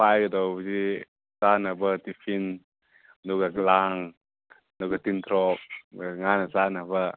ꯄꯥꯏꯒꯗꯧꯕꯁꯤ ꯆꯥꯅꯕ ꯇꯤꯐꯐꯤꯟ ꯑꯗꯨꯒ ꯂꯥꯡ ꯑꯗꯨꯒ ꯇꯤꯟꯊ꯭ꯔꯣꯛ ꯉꯥꯅ ꯆꯥꯅꯕ